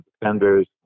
defenders